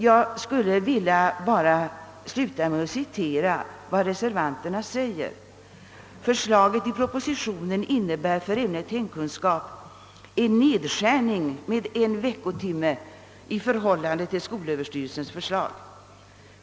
Jag vill sluta med att citera vad reservanterna skrivit i reservationen 3: »Förslaget i propositionen innebär för ämnet hemkunskap en nedskärning med en veckotimme i förhållande till skolöverstyrelsens förslag.